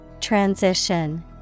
Transition